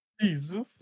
Jesus